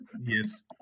Yes